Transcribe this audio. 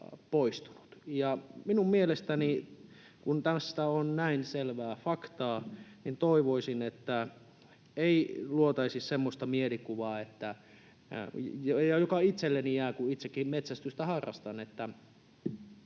susia poistunut. Kun tästä on näin selvää faktaa, toivoisin, että ei luotaisi semmoista mielikuvaa, joka itselleni jää, kun itsekin metsästystä harrastan,